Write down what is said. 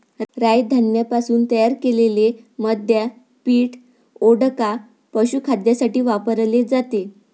राय धान्यापासून तयार केलेले मद्य पीठ, वोडका, पशुखाद्यासाठी वापरले जाते